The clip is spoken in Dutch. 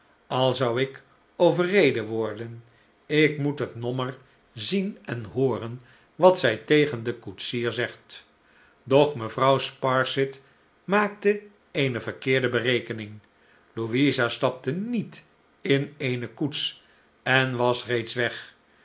al zou ik overreden worden ik moet het nommer zien en hooren wat zij tegen den koetsier zegt doch mevrouw sparsit maakteeene verkeerde berekening louisa stapte niet in eene koets en was reeds weg